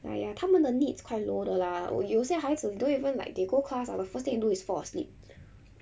!aiya! 他们的 needs quite low 的啦我有些孩子 don't even like they go class ah the first thing they do is fall asleep